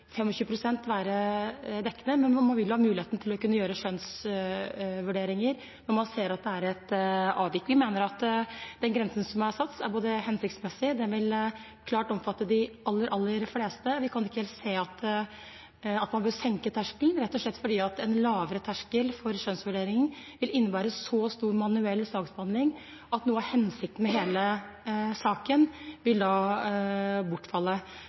være dekkende, men man vil ha mulighet til å kunne gjøre skjønnsvurderinger når man ser at det er et avvik. Vi mener at den grensen som er satt, både er hensiktsmessig og klart vil omfatte de aller, aller fleste. Vi kan ikke helt se at man bør senke terskelen, rett og slett fordi en lavere terskel for skjønnsvurderinger vil innebære en så stor manuell saksbehandling at noe av hensikten med hele saken da vil bortfalle.